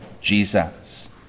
Jesus